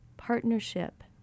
Partnership